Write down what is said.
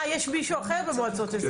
אה, יש מישהו אחר במועצות האזוריות.